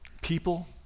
people